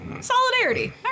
solidarity